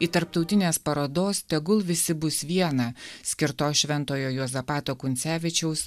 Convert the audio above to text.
į tarptautinės parodos tegul visi bus viena skirtos šventojo juozapato kuncevičiaus